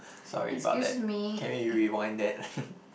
sorry about that can we rewind that